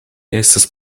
estas